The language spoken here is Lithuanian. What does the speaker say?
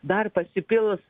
dar pasipils